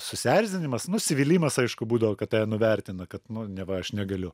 susierzinimas nusivylimas aišku būdavo kad tave nuvertina kad neva aš negaliu